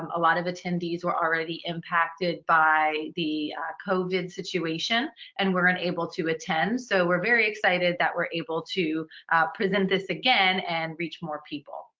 um a lot of attendees were already impacted by the covid situation and were unable to attend. attend. so we're very excited that we're able to present this again and reach more people.